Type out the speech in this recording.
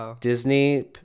Disney